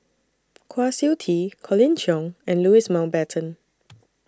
Kwa Siew Tee Colin Cheong and Louis Mountbatten